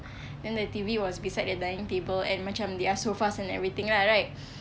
then the T_V was beside the dining table and macam their sofas and everything ah right